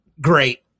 great